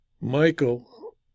Michael